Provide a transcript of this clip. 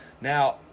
Now